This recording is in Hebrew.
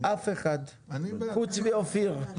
אף אחד חוץ מאופיר.